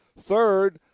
Third